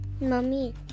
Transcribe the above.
mommy